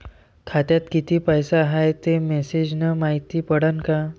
खात्यात किती पैसा हाय ते मेसेज न मायती पडन का?